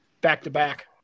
Back-to-back